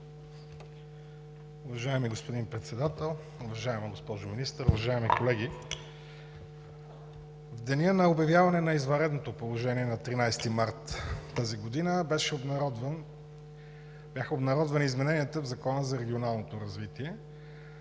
Уважаеми господин Председател, уважаема госпожо Министър, уважаеми колеги! В деня на обявяване на извънредното положение на 13 март 2020 г. бяха обнародвани измененията в Закона за регионалното развитие,